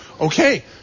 okay